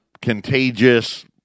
contagious